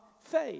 faith